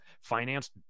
financed